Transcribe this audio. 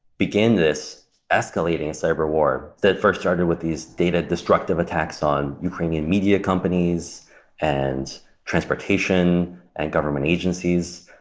began this escalating cyberwar that first started with these data destructive attacks on ukrainian media companies and transportation and government agencies,